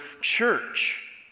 church